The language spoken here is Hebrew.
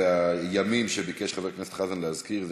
מספר הימים שביקש חבר הכנסת חזן להזכיר זה